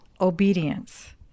obedience